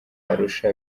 arusha